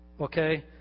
Okay